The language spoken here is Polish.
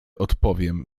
odpowiem